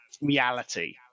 reality